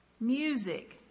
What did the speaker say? music